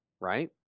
right